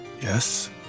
Yes